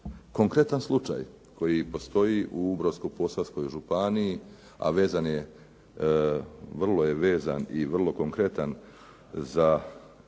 konkretan slučaj koji postoji u Brodsko-posavskoj županiji, a vezan je vrlo je vezan i vrlo konkretan za,